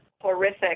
horrific